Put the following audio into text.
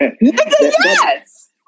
Yes